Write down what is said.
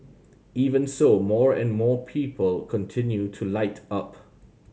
even so more and more people continue to light up